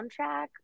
soundtrack